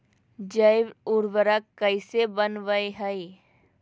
जैव उर्वरक कैसे वनवय हैय?